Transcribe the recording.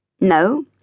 No